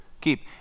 keep